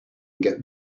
get